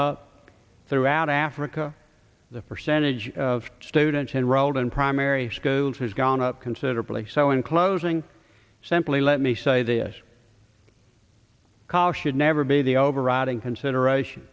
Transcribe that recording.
throughout africa the percentage of students enrolled in primary schools has gone up considerably so in closing simply let me say this call should never be the overriding consideration